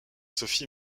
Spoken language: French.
sophie